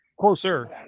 Closer